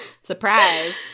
Surprise